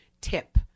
tip